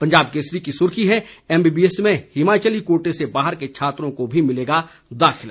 पंजाब केसरी की सुर्खी है एमबीबीएस में हिमाचली कोटे से बाहर के छात्रों को भी मिलेगा दाखिला